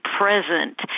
present